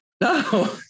No